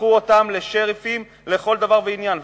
הפכו אותם לשריפים לכל דבר ועניין,